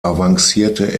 avancierte